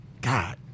God